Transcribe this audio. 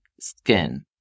skin